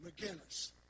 McGinnis